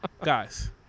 guys